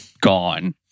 gone